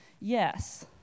Yes